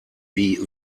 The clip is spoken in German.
wie